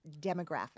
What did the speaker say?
demographic